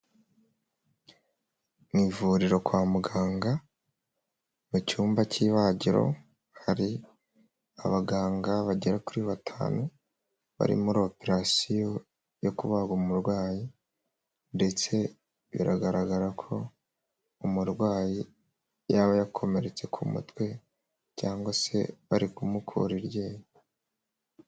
Mu ivuriro kwa muganga mu cyumba cy'ibagiro, hari abaganga bagera kuri batanu bari muri operasiyo yo kubaga umurwayi ndetse biragaragara ko umurwayi yaba yakomeretse ku mutwe cyangwa se bari kumukura iryinyo.